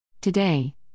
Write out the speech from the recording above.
Today